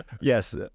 Yes